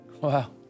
Wow